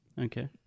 okay